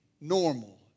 normal